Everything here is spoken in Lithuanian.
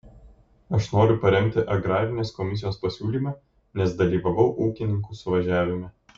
aš noriu paremti agrarinės komisijos pasiūlymą nes dalyvavau ūkininkų suvažiavime